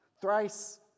Thrice